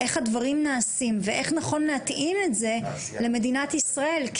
ואיך הדברים נעשים ואיך נכון להתאים את זה למדינת ישראל.